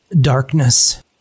darkness